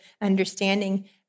understanding